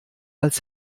als